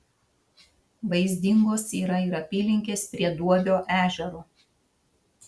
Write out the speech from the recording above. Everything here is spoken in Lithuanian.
vaizdingos yra ir apylinkės prie duobio ežero